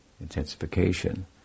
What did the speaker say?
intensification